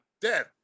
dead